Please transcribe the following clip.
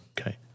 Okay